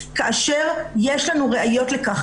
כאשר יש לנו ראיות לכך.